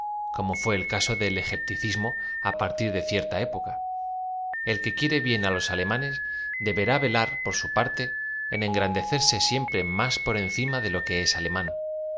como fué el caso del egipticismo á partir de cierta época e i que quiere bien á los alemanes deberá v ela r por su parte en engrandecerse siempre más por encima de lo que es alemán